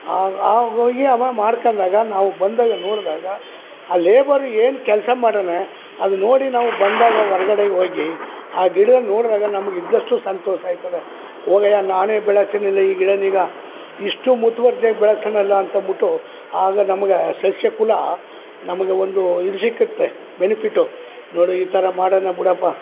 ಆಗ ಆಗ ಹೋಗಿ ಅವ ಮಾಡ್ಕಂಡಾಗ ನಾವು ಬಂದಾಗ ನೋಡಿದಾಗ ಆ ಲೇಬರ್ ಏ ಕೆಲಸ ಮಾಡನೇ ಅದು ನೋಡಿ ನಾವು ಬಂದಾಗ ಹೊರ್ಗಡೆ ಹೋಗಿ ಆ ಗಿಡ ನೋಡಿದಾಗ ನಮ್ಗೆ ಇದ್ಧಷ್ಟು ಸಂತೋಷ ಆಗ್ತದ ಹೋಗಯ್ಯ ನಾನೇ ಬೆಳೆಸಿನಿಲ್ಲೆ ಈ ಗಿಡನೀಗ ಇಷ್ಟು ಮುತ್ವರ್ಜಿಯಾಗಿ ಬೆಳೆಸೀನಲ್ಲ ಅಂತ ಅಂದ್ಬಿಟ್ಟು ಆಗ ನಮ್ಗೆ ಸಸ್ಯಕುಲ ನಮ್ಗೆ ಒಂದು ಇದು ಸಿಕ್ಕುತ್ತೆ ಬೆನಿಫಿಟ್ಟು ನೋಡು ಈ ಥರ ಮಾಡಣ ಬಿಡಪ್ಪ